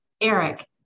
Eric